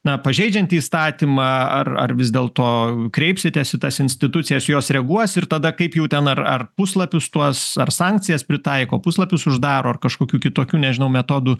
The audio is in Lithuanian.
na pažeidžianti įstatymą ar ar vis dėlto kreipsitės į tas institucijas jos reaguos ir tada kaip jau ten ar ar puslapius tuos ar sankcijas pritaiko puslapius uždaro ar kažkokių kitokių nežinau metodų